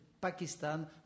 Pakistan